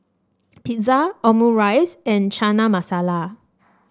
Pizza Omurice and Chana Masala